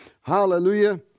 hallelujah